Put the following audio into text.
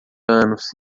anos